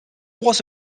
was